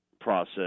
process